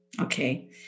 okay